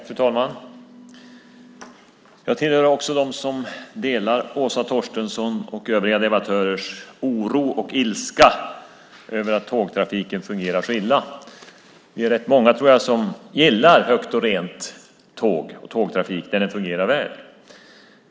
Fru talman! Jag hör till dem som delar Åsa Torstenssons och övriga debattörers oro och ilska över att tågtrafiken fungerar så illa. Vi är rätt många som högt och rent gillar tåg och tågtrafiken när den fungerar väl.